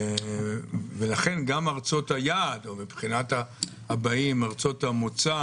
לכן גם ארצות היעד, או מבחינת הבאים ארצות המוצא